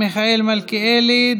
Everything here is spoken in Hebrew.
מיכאל מלכיאלי,